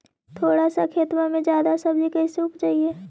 थोड़ा सा खेतबा में जादा सब्ज़ी कैसे उपजाई?